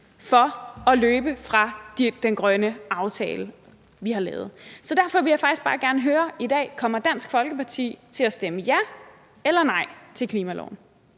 for at løbe fra den grønne aftale, vi har lavet. Derfor vil jeg faktisk bare gerne høre i dag: Kommer Dansk Folkeparti til at stemme ja eller nej til klimaloven?